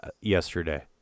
yesterday